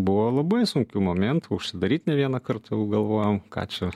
buvo labai sunkių momentų užsidaryt ne vieną kartą jau galvojom ką čia